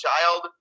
child